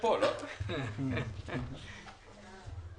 15 שנה להקים ארבע קופות.